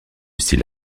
style